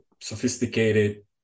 sophisticated